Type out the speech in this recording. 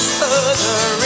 further